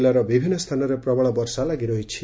ଜିଲ୍ଲାର ବିଭିନ୍ଦ ସ୍ଥାନରେ ପ୍ରବଳ ବର୍ଷା ଲାଗିରହିଛି